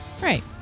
Right